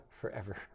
forever